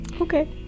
Okay